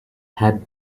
has